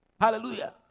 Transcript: Hallelujah